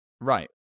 right